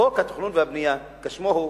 חוק התכנון והבנייה, כשמו הוא